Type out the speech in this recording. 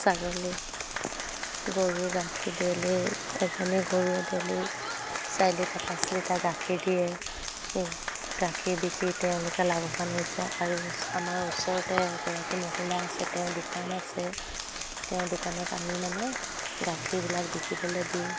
ছাগলী গৰু গাখীৰ ডেইলি এজনী গৰুৱে ডেইলি চাৰি লিটাৰ পাঁচ লিটাৰ গাখীৰ দিয়ে গাখীৰ বিকি তেওঁলোকে লাভৱান হৈছে আৰু আমাৰ ওচৰতে এগৰাকী মহিলা আছে তেওঁ দোকান আছে তেওঁ দোকানত আমি মানে গাখীৰবিলাক বিকিবলৈ দিওঁ